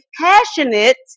passionate